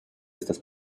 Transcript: estas